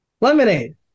Lemonade